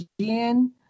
Again